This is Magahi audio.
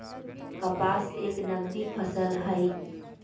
कपास एक नगदी फसल हई